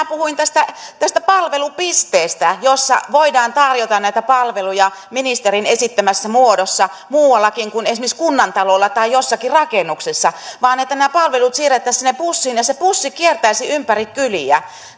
puhuin tästä tästä palvelupisteestä jossa voidaan tarjota näitä palveluja ministerin esittämässä muodossa muuallakin kuin esimerkiksi kunnantalolla tai jossakin rakennuksessa nämä palvelut siirrettäisiin sinne bussiin ja se bussi kiertäisi ympäri kyliä